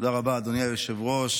תודה רבה, אדוני היושב-ראש.